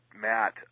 Matt